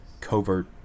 covert